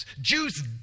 Jews